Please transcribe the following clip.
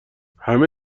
همه